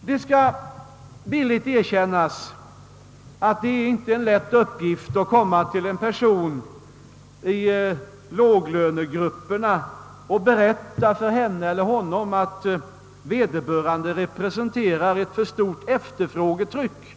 Det skall villigt erkännas att det inte är en lätt uppgift att komma till en person i låglönegrupperna och berätta för honom eller henne att vederbörande representerar ett för stort efterfrågetryck.